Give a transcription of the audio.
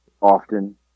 often